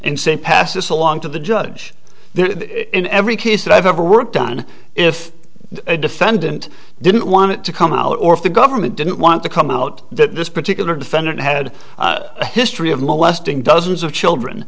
say pass this along to the judge there in every case that i've ever worked on if a defendant didn't want to come out or if the government didn't want to come out that this particular defendant had a history of molesting dozens of children